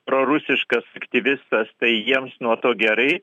prorusiškas aktyvistas tai jiems nuo to gerai